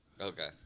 Okay